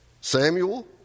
Samuel